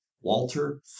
Walter